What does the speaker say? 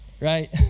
right